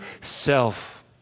self